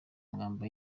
mwamba